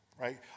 right